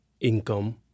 income